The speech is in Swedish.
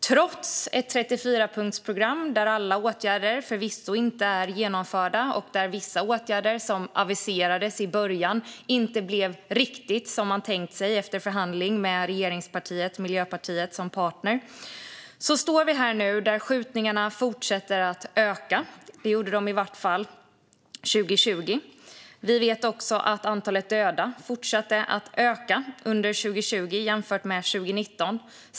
Trots ett 34-punktsprogram, där alla åtgärder förvisso inte är genomförda och där vissa åtgärder som aviserades i början inte blev riktigt som man tänkt sig efter förhandling med regeringspartiet Miljöpartiet, står vi nu här med en fortsatt ökning av skjutningar. Det gjorde de i varje fall 2020. Vi vet också att antalet dödade fortsatte att öka under 2020 jämfört med 2019.